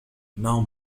إنهم